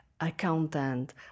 accountant